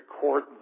court